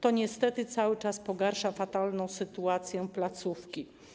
To niestety cały czas pogarsza fatalną sytuację placówki.